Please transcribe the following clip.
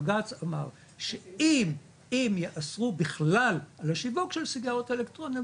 בג"ץ אמר שאם יאסרו בכלל לשיווק של סיגריות אלקטרוניות,